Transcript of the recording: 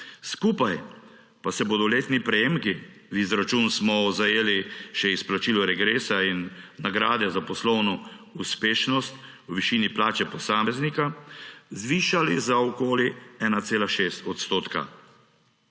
Skupaj pa se bodo letni prejemki, v izračun smo zajeli še izplačilo regresa in nagrade za poslovno uspešnost v višini plače posameznika, zvišali za okoli 1,6 odstotka.